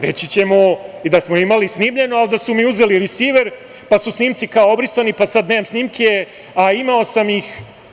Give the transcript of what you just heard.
Reći ćemo i da smo imali snimljeno, ali da su mi uzeli risiver, pa su snimci, kao, obrisani, pa sada nemam snimke, a imao sam ih.